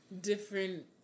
different